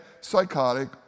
psychotic